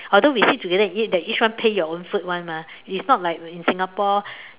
although we sit together and eat we each one pay your own food [one] mah it's not like we in Singapore